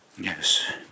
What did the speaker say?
Yes